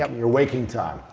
your waking time?